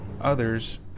Others